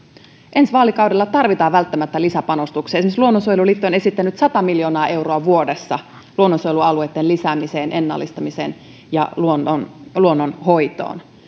ensi vaalikaudella tarvitaan välttämättä lisäpanostuksia esimerkiksi luonnonsuojeluliitto on esittänyt sata miljoonaa euroa vuodessa luonnonsuojelualueitten lisäämiseen ennallistamiseen ja luonnon luonnon hoitoon